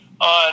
on